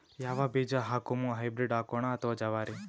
ಯಾವ ಬೀಜ ಹಾಕುಮ, ಹೈಬ್ರಿಡ್ ಹಾಕೋಣ ಅಥವಾ ಜವಾರಿ?